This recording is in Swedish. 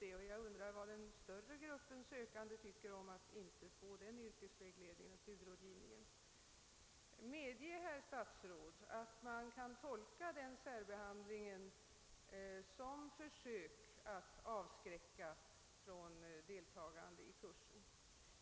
Jag undrar vad den större gruppen av sökande tycker om att inte få denna yrkesvägledning och studierådgivning. Medge, herr statsråd, att denna särbehandling kan tolkas som ett försök att avskräcka akademiker från deltagande i kursen i fråga!